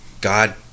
God